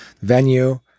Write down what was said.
Venue